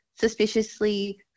suspiciously